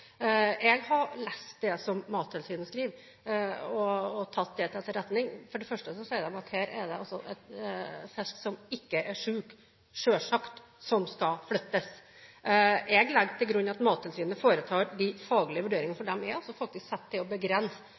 lest det som Mattilsynet skriver, og tatt det til etterretning. For det første sier de at her er det fisk som ikke er syk – selvsagt – som skal flyttes. Jeg legger til grunn at Mattilsynet foretar de faglige vurderingene, for de er faktisk satt til